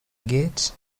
gate